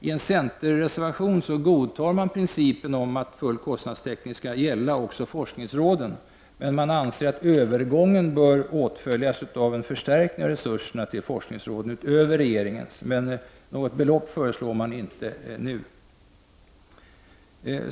I en centerreservation godtas att principen om full kostnadstäckning skall gälla också forskningsråden, men man anser att övergången bör åtföljas av en förstärkning av resurserna till forskningsråden utöver regeringens förslag. Något belopp föreslås inte nu.